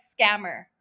scammer